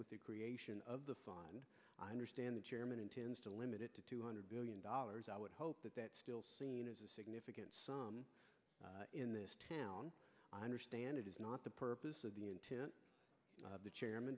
with the creation of the fine i understand the chairman intends to limit it to two hundred billion dollars i would hope that that's still seen as a significant sum in this town i understand it is not the purpose of being to the chairman